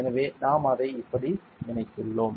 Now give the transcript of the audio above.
எனவே நாம் அதை இப்படி இணைத்துள்ளோம்